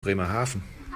bremerhaven